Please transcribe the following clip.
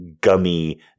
gummy